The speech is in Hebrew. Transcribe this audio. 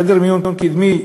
חדר מיון קדמי,